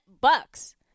bucks